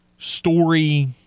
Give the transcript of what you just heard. story